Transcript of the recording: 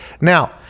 now